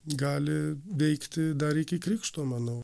gali veikti dar iki krikšto manau